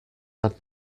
had